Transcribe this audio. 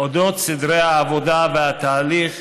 על סדרי העבודה והתהליך